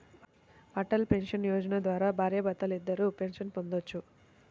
Atal pension Yojana ద్వారా భార్యాభర్తలిద్దరూ pension పొందొచ్చు